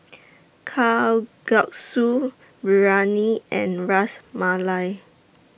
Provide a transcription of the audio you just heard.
Kalguksu Biryani and Ras Malai